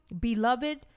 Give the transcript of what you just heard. beloved